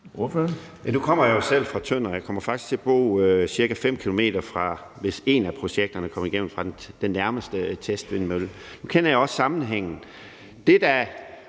kommer jeg faktisk til at bo ca. 5 km fra den nærmeste testvindmølle. Nu kender jeg også sammenhængen.